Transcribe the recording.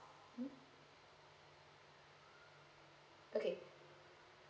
mm okay